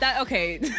okay